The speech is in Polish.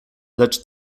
lecz